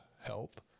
health